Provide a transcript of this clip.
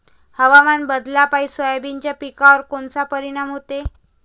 हवामान बदलापायी सोयाबीनच्या पिकावर कोनचा परिणाम होते?